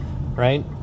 right